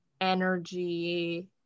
energy